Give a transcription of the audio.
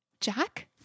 Jack